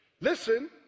Listen